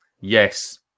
Yes